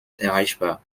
erreichbar